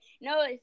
no